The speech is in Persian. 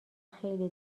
خیلی